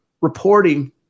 reporting